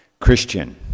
Christian